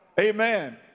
Amen